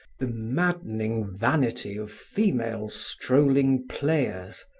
the maddening vanity of female strolling players.